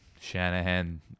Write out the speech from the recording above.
Shanahan